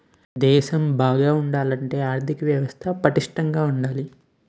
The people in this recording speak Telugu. దేశం బాగా ఉండాలంటే ఆర్దిక వ్యవస్థ పటిష్టంగా ఉండాల